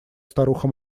старуха